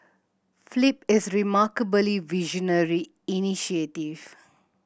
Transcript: flip is remarkably visionary initiative